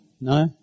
No